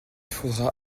faudra